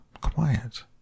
quiet